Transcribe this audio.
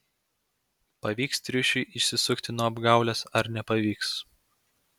pavyks triušiui išsisukti nuo apgaulės ar nepavyks